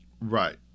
Right